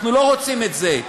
אנחנו לא רוצים את זה.